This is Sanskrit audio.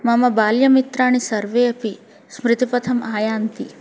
मम बाल्यमित्राणि सर्वेपि स्मृतिपथम् आयान्ति